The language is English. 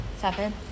Seven